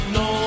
no